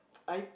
I